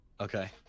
Okay